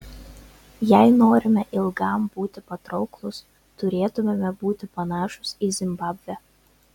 jei norime ilgam būti patrauklūs turėtumėme būti panašūs į zimbabvę